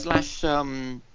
slash